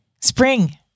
Spring